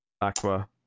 aqua